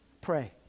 Pray